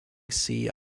sea